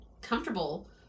comfortable